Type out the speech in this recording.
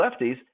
lefties